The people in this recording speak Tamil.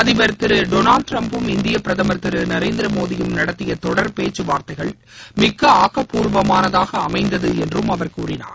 அதிபர் திரு டொனால்ட் டிரம்பும் இந்திய பிரதமர் திரு நரேந்திரமோடியும் நடத்திய தொடர் பேச்சு வார்த்தைகள் மிக்க ஆக்கப்பூர்வமானதாக அமைந்தது என்றும் அவர் கூறினார்